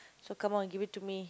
so come on give it to me